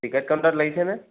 ticket কাউণ্টাৰত লাগিছেনে